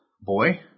boy